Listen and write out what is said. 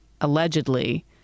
allegedly